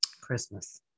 Christmas